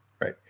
right